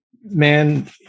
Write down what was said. man